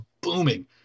booming